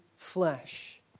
Flesh